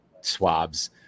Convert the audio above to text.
swabs